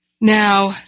Now